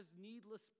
needless